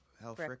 health